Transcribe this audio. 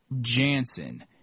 Jansen